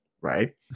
right